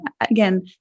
again